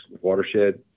watershed